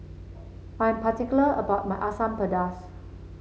I am particular about my Asam Pedas